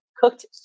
cooked